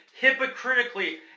hypocritically